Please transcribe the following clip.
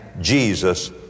Jesus